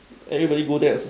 everybody go there also